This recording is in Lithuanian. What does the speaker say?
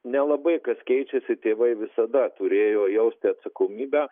nelabai kas keičiasi tėvai visada turėjo jausti atsakomybę